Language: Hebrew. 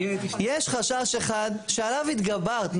יש חשש אחד שעליו התגברת,